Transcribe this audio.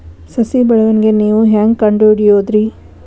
ಸಸಿ ಬೆಳವಣಿಗೆ ನೇವು ಹ್ಯಾಂಗ ಕಂಡುಹಿಡಿಯೋದರಿ?